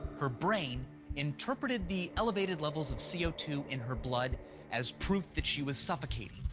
her brain interpreted the elevated levels of c o two in her blood as proof that she was suffocating,